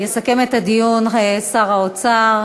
יסכם את הדיון שר האוצר